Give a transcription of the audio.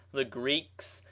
the greeks,